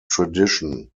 tradition